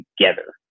together